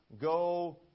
go